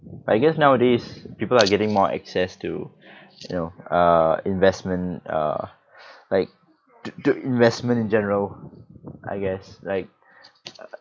I guess nowadays people are getting more access to you know uh investment uh like to to investment in general I guess like uh